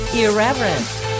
irreverent